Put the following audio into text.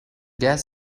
gas